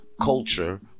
culture